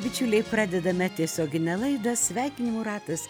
bičiuliai pradedame tiesioginę laidą sveikinimų ratas